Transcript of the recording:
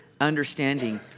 understanding